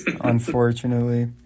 unfortunately